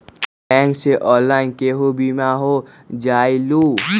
Bank से online केहु बिमा हो जाईलु?